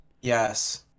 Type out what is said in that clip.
yes